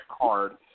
card